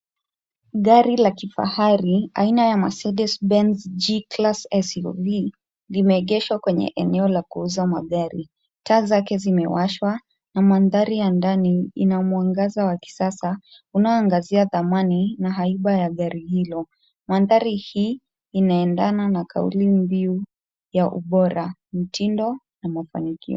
Gari la kifahari aina ya Mercedes-Benz G-Class SUV , limegesha kwenye eneo la kuuza maberi. Taa zake zimewashwa, na mandhari ya ndani inamwangaza wa kisasa unaoangazia thamani na haiba ya gari hilo. Mwandari hii inaendana na kauli mbiu ya ubora, mtindo na mafanikio.